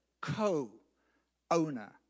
co-owner